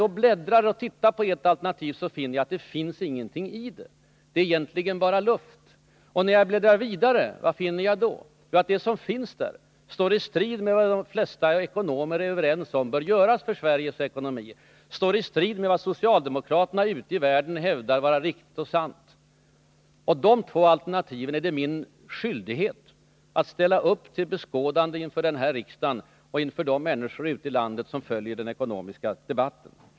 Men efter att ha läst igenom ert alternativ har jag funnit att det inte finns något i det. Det är bara luft. Och när jag bläddrar vidare i edra alternativa skrivningar, vad finner jag då? Jo, att det som finns där står i strid med vad de flesta ekonomer är överens om bör göras för Sveriges ekonomi. Dessutom står det i strid med vad socialdemokraterna ute i världen hävdar vara riktigt och sant. Det är helt enkelt min skyldighet att ställa upp dessa två alternativ till beskådande inför denna riksdag och de människor ute i landet som följer den ekonomiska debatten.